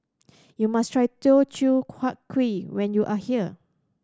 you must try Teochew Huat Kueh when you are here